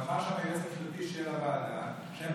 אמר שם היועץ המשפטי של הוועדה שאין